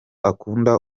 akunda